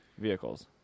vehicles